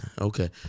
Okay